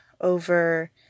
over